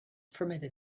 permitted